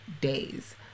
days